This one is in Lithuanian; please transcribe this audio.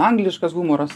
angliškas humoras